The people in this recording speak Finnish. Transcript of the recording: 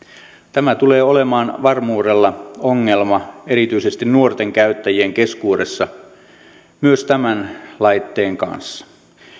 tämä tulee olemaan varmuudella ongelma erityisesti nuorten käyttäjien keskuudessa myös tämän laitteen kanssa